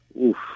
oof